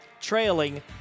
trailing